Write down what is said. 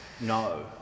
No